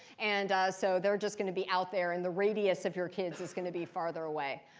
and so they're just going to be out there, and the radius of your kids is going to be farther away.